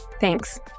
Thanks